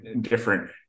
different